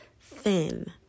thin